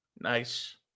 Nice